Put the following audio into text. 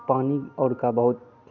पानी और का बहुत